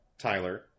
Tyler